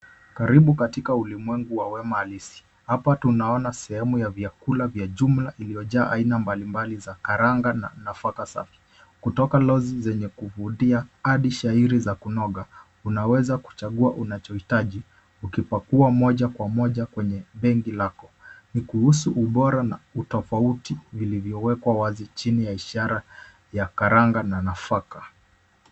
Karibu katika ulimwengu wa wema halisi. Hapa tunaona sehemu ya vyakula vya jumla iliyojaa aina mbalimbali za karanga nafaka safi. Kutoka lozi zenye kuvutia hadi shairi za kunoga. Unaweza kuchagua unachohitaji ukipakua moja kwa moja kwenye begi lako. Ni kuhusu ubora na utofauti vilivyowekwa wazi chini ya ishara ya karanga na nafaka.